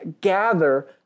gather